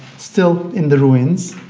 still in the ruins,